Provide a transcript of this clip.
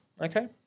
Okay